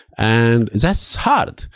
and that's hard.